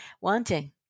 wanting